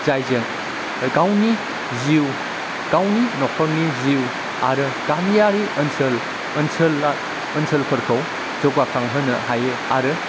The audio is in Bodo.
जायजों गावनि जिउ गावनि न'खरनि जिउ आरो गामियारि ओनसोल ओनसोला ओनसोलफोरखौ जौगाखांहोनो हायो आरो